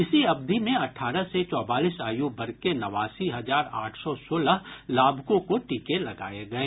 इसी अवधि में अठारह से चौवालीस आयु वर्ग के नवासी हजार आठ सौ सोलह लाभुकों को टीके लगाये गये